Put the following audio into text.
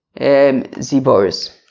ziboris